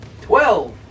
Twelve